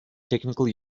technical